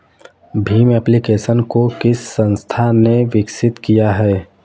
Bhim application को किस संस्था ने विकसित किया है?